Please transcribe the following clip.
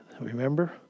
Remember